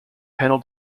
panel